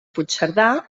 puigcerdà